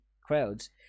crowds